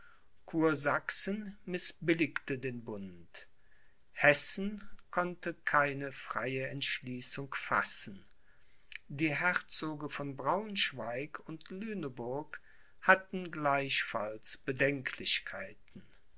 kursachsen mißbilligte den bund hessen konnte keine freie entschließung fassen die herzoge von braunschweig und lüneburg hatten gleichfalls bedenklichkeiten